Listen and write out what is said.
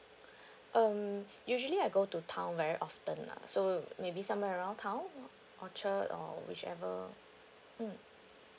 um usually I go to town very often lah so maybe somewhere around town orchard or whichever mm